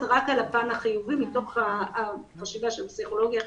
רק על הפן החיובי מתוך החשיבה של פסיכולוגיה חיובית,